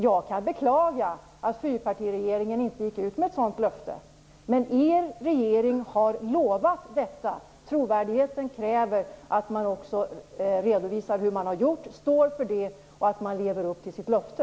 Jag kan beklaga att fyrpartiregeringen inte gick ut med ett sådant löfte. Men er regering har lovat detta. Trovärdigheten kräver att man också redovisar hur man gjort, står för det och lever upp till sitt löfte.